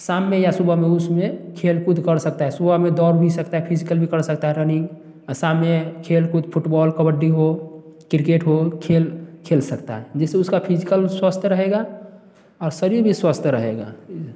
शाम में या सुबह में उसमें खेल कूद कर सकता है सुबह में दौड़ भी सकता है फिजिकल भी कर सकता है रनिंग और शाम में खेल कूद फुटबॉल कबड्डी हो क्रिकेट को खेल खेल सकता है जिससे उसका फिजिकल स्वस्थ रहेगा और शरीर भी स्वस्थ रहेगा